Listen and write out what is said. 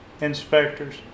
inspectors